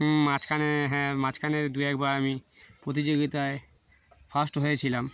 হ মাঝখানে হ্যাঁ মাঝখানে দু একবার আমি প্রতিযোগিতায় ফার্স্ট হয়েছিলাম